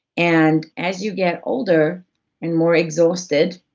and as you get older and more exhausted,